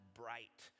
bright